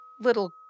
little